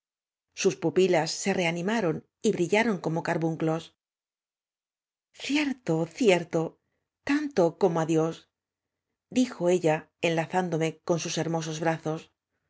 sus pupilas se reanimaron y brillaron como carbunclos íiierto cierto tanto como á dios di jo ella enlazándome con sus hermosos brazos